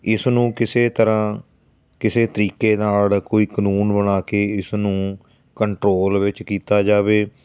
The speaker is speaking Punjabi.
ਇਸ ਨੂੰ ਕਿਸੇ ਤਰ੍ਹਾਂ ਕਿਸੇ ਤਰੀਕੇ ਨਾਲ ਕੋਈ ਕਾਨੂੰਨ ਬਣਾ ਕੇ ਇਸ ਨੂੰ ਕੰਟਰੋਲ ਵਿੱਚ ਕੀਤਾ ਜਾਵੇ